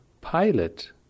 pilot